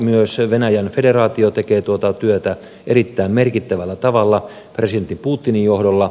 myös venäjän federaatio tekee tuota työtä erittäin merkittävällä tavalla presidentti putinin johdolla